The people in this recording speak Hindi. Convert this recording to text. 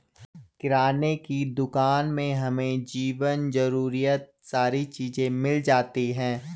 किराने की दुकान में हमें जीवन जरूरियात सारी चीज़े मिल जाती है